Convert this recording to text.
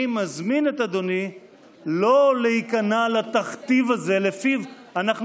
אני מזמין את אדוני לא להיכנע לתכתיב הזה שלפיו אנחנו